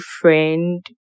friend